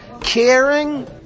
caring